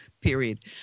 period